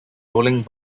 rolling